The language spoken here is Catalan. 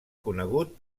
conegut